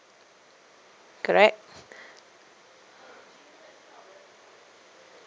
correct